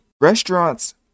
Restaurants